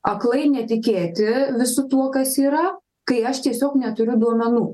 aklai netikėti visu tuo kas yra kai aš tiesiog neturiu duomenų